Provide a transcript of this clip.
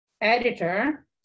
editor